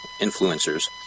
influencers